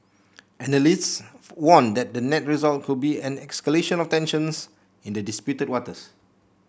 analysts warn that the net result could be an escalation of tensions in the disputed waters